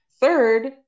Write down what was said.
Third